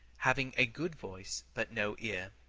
having a good voice but no ear.